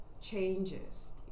changes